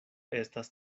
estas